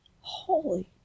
Holy